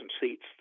seats